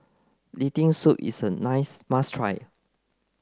Lentil soup is a nice must try